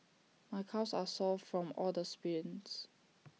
my calves are sore from all the sprints